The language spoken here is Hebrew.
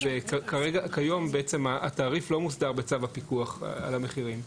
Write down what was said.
וכיום התעריף לא מוסדר בצו הפיקוח על המחירים.